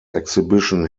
exhibition